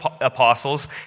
apostles